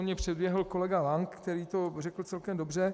On mě předběhl kolega Lank, který to řekl celkem dobře.